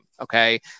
Okay